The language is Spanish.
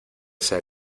sea